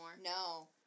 no